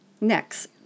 Next